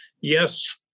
yes